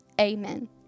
amen